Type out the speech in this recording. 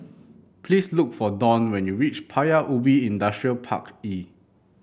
please look for Dawn when you reach Paya Ubi Industrial Park E